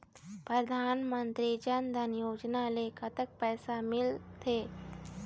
परधानमंतरी जन धन योजना ले कतक पैसा मिल थे?